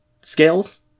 scales